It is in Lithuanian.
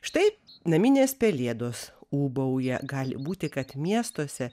štai naminės pelėdos ūbauja gali būti kad miestuose